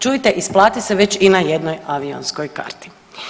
Čujte, isplati se već i na jednoj avionskoj karti.